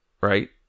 right